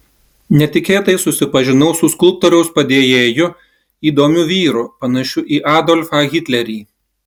netikėtai susipažinau su skulptoriaus padėjėju įdomiu vyru panašiu į adolfą hitlerį